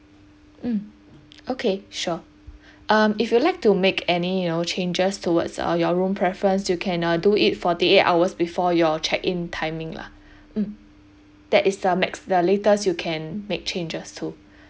mm okay sure um if you'd like to make any you know changes towards uh your room preference you can uh do it forty eight hours before your check in timing lah mm that is the max the latest you can make changes to